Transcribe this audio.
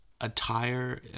attire